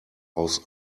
aus